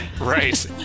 Right